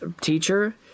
Teacher